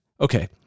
okay